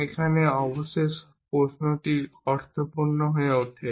এখন অবশেষ প্রশ্নটি অর্থপূর্ণ হয়ে ওঠে